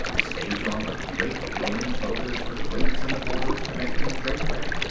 stage armor, great roman togas with weights in the borders to make them drape right,